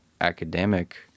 academic